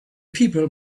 people